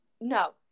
No